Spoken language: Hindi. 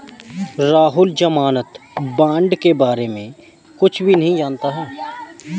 राहुल ज़मानत बॉण्ड के बारे में कुछ भी नहीं जानता है